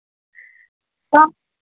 कम